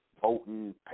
voting